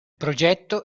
progetto